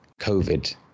COVID